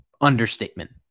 understatement